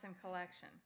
collection